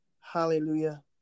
Hallelujah